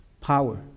Power